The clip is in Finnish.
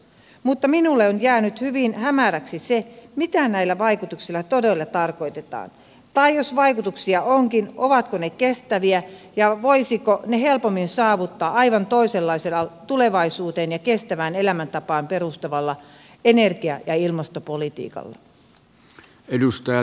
mutta minulle on jäänyt hyvin hämäräksi se mitä näillä vaikutuksilla todella tarkoitetaan tai jos vaikutuksia onkin ovatko ne kestäviä ja voisiko ne helpommin saavuttaa aivan toisenlaisella tulevaisuuteen ja kestävään elämäntapaan perustuvalla energia ja ilmastopolitiikalla